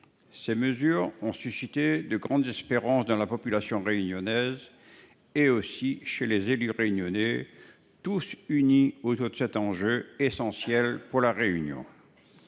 Ces mesures ont suscité de grandes espérances au sein de la population réunionnaise et auprès des élus réunionnais, tous unis autour de cet enjeu essentiel pour La Réunion.